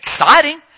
exciting